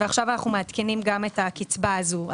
עכשיו אנחנו מעדכנים גם את הקצבה הזו.